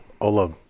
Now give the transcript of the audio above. Ola